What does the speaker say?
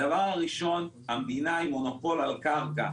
הדבר הראשון, המדינה היא מונופול על קרקע.